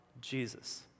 Jesus